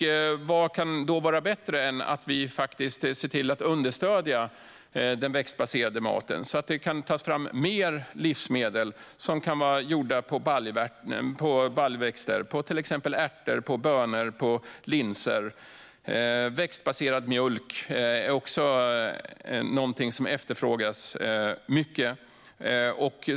Vad kan då vara bättre än att vi understöder den växtbaserade maten? Då kan fler livsmedel tas fram som är gjorda av baljväxter, såsom ärter, bönor och linser. Växtbaserad mjölk är också något som efterfrågas mycket.